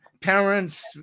parents